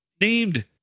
named